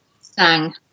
sang